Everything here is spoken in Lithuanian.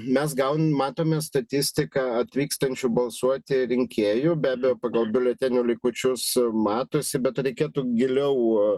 mes gaunam matom statistiką atvykstančių balsuoti rinkėjų be abejo pagal biuletenio likučius matosi bet reikėtų giliau